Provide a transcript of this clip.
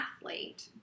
athlete